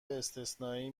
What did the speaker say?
استثنایی